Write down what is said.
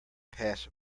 pass